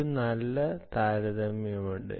ഒരു നല്ല താരതമ്യമുണ്ട്